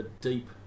deep